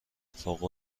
فوق